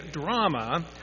drama